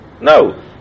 No